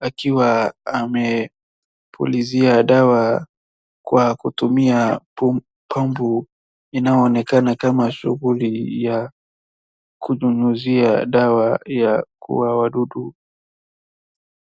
akiwa amepulizia dawa kwa kutumia pumpu inayoonekana kama shughuli ya kunyunyuzia dawa ya, kuua wadudu.